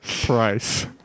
Price